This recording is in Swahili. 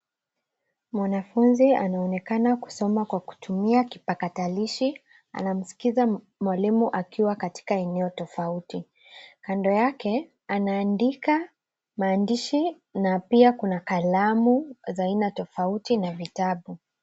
Mwanafunzi anaonekana kusoma kwa kutumia kipakatalishi. Anamskiza mwalimu akiwa katika eneo tofauti. Kando yake anaandika maandishi na pia kuna kalamu za aina tofauti na vitabu.